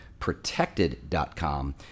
protected.com